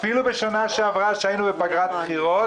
אפילו בשנה שעברה כשהיינו בפגרת בחירות